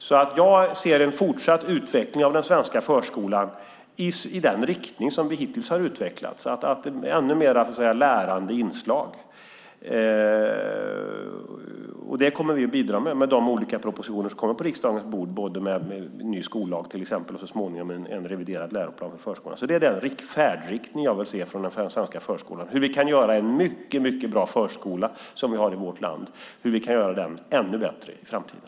Jag ser en fortsatt utveckling av den svenska förskolan i samma riktning som hittills, det vill säga med ännu mer lärande inslag. Det kommer vi att bidra till med de olika propositioner som kommer på riksdagens bord, till exempel om en ny skollag och så småningom om en reviderad läroplan för förskolan. Den färdriktning jag vill se för den svenska förskolan är hur vi kan göra en mycket bra förskola, som vi har i vårt land, ännu bättre i framtiden.